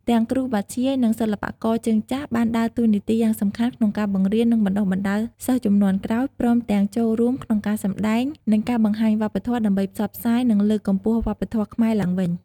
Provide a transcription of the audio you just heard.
ទាំងគ្រូបាធ្យាយ និងសិល្បករជើងចាស់ បានដើរតួនាទីយ៉ាងសំខាន់ក្នុងការបង្រៀន និងបណ្តុះបណ្តាលសិស្សជំនាន់ក្រោយ ព្រមទាំងចូលរួមក្នុងការសម្តែង និងការបង្ហាញវប្បធម៌ ដើម្បីផ្សព្វផ្សាយ និងលើកកម្ពស់វប្បធម៌ខ្មែរឡើងវិញ។